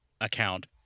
account